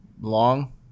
long